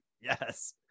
Yes